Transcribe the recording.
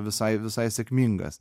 visai visai sėkmingas